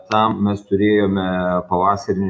tą mes turėjome pavasarį